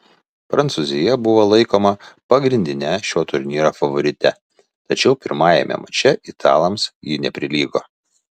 prancūzija buvo laikoma pagrindine šio turnyro favorite tačiau pirmajame mače italams ji neprilygo